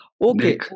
Okay